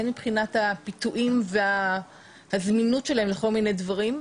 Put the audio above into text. והן מבחינת הפיתויים והזמינות שלהם לכל מיני דברים.